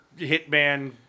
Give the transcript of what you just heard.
hitman